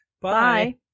Bye